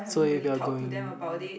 so if you're going